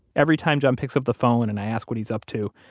every time john picks up the phone and i ask what he's up to,